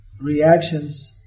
reactions